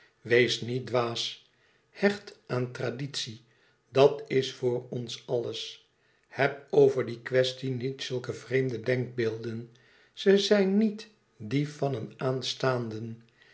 wees niet dwaas hecht aan traditie dat is voor ons alles heb over die quaestie niet zulke vreemde denkbeelden ze zijn niet die van een aanstaanden